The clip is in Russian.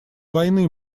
войны